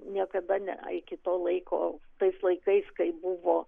niekada ne iki to laiko tais laikais kai buvo